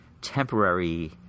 temporary